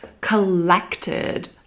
collected